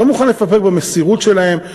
לא מוכן לפקפק במסירות שלהם.